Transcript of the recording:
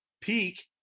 peak